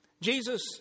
Jesus